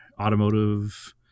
automotive